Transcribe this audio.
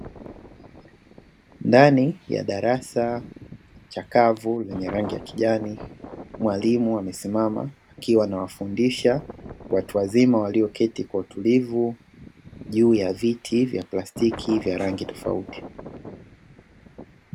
Ndani ya darasa chakavu lenye rangi ya kijani mwalimu amesimama akiwa anawafundisha watu wazima walioketi kwa utulivu juu ya viti vya plastiki vya rangi tofauti.